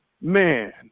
man